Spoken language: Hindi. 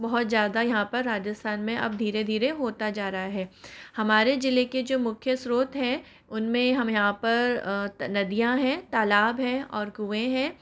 बहुत ज़्यादा यहाँ पर राजस्थान में अब धीरे धीरे होता जा रहा है हमारे जिले के जो मुख्य स्रोत हैं उनमें हम यहाँ पर नदियां हैं तालाब है और कुएँ हैं